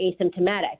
asymptomatic